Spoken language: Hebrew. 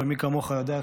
ומי כמוך יודע,